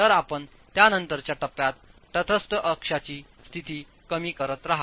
तर आपण त्यानंतरच्या टप्प्यात तटस्थ अक्षांची स्थिती कमी करत रहा